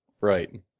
Right